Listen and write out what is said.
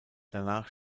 danach